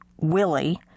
Willie